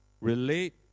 relate